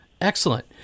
Excellent